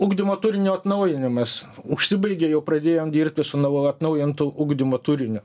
ugdymo turinio atnaujinimas užsibaigė jau pradėjom dirbti su nauv atnaujintu ugdymo turiniu